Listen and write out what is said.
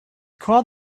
called